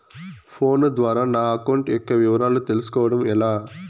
Phone ద్వారా నా account యొక్క వివరాలు తెలుస్కోవడం ఎలా?